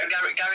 Gary